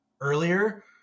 earlier